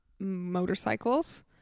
motorcycles